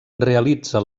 realitza